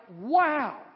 wow